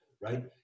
right